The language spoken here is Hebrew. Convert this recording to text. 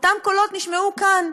אותם קולות נשמעו כאן.